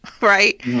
right